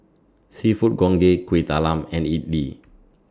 Seafood Congee Kuih Talam and Idly